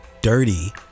dirty